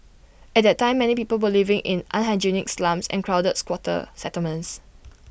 at that time many people were living in unhygienic slums and crowded squatter settlements